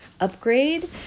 upgrade